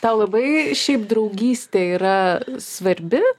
tau labai šiaip draugystė yra svarbi